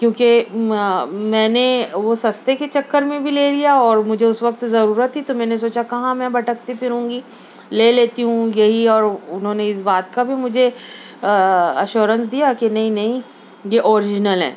کیونکہ میں نے وہ سستے کے چکر میں بھی لے لیا اور مجھے اس وقت ضرورت تھی تو میں نے سوچا کہاں میں بھٹکتی پھروں گی لے لیتی ہوں یہی اور انہوں نے اس بات کا بھی مجھے اشورینس دیا کہ نہیں نہیں یہ اوریجنل ہیں